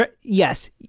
yes